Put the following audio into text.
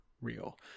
real